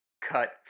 Cut